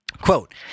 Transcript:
Quote